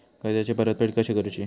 कर्जाची परतफेड कशी करूची?